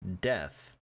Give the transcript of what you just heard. death